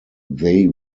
they